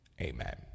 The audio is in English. Amen